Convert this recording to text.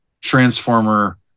transformer